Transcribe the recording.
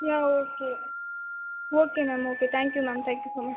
yeah okay okay ma'am okay thank you ma'am thank you so much